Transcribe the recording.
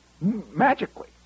magically